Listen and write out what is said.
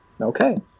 Okay